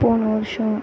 போன வருஷம்